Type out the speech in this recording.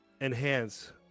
enhance